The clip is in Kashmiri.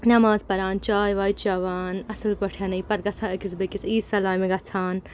نٮ۪ماز پَران چاے واے چٮ۪وان اَصٕل پٲٹھٮ۪ن پَتہٕ گَژھان أکِس بیٚیِس عیٖذ سَلامہِ گژھان